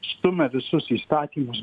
stumia visus įstatymus